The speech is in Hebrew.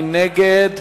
מי נגד?